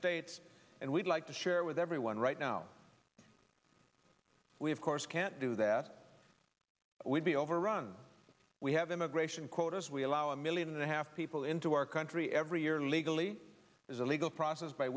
states and we'd like to share with everyone right now we of course can't do that we'd be overrun we have immigration quotas we allow a million and a half people into our country every year legally is a legal process by